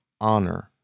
honor